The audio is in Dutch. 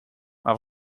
maar